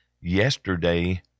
yesterday